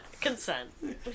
consent